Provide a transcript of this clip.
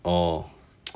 orh